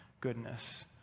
goodness